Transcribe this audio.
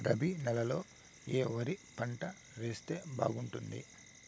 రబి నెలలో ఏ వరి పంట వేస్తే బాగుంటుంది